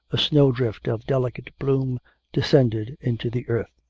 a snow-drift of delicate bloom descended into the earth.